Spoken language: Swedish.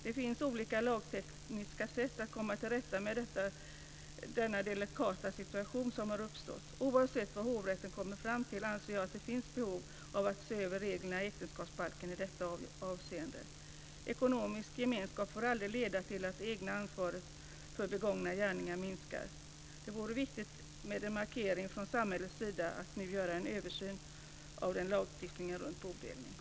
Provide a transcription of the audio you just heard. Det finns olika lagtekniska sätt att komma till rätta med denna delikata situation som har uppstått. Oavsett vad hovrätten kommer fram till, anser jag att det finns behov av att se över reglerna i äktenskapsbalken i detta avseende. Ekonomisk gemenskap får aldrig leda till att det egna ansvaret för begångna gärningar minskar. Det vore viktigt med en markering från samhällets sida att nu göra en översyn av lagstiftningen om bodelning.